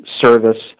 service